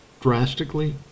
drastically